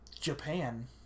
Japan